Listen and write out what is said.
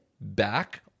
back